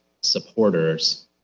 supporters